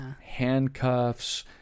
handcuffs